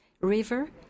River